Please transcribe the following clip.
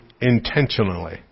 intentionally